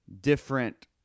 different